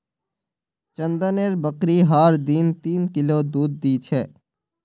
चंदनेर बकरी हर दिन तीन किलो दूध दी छेक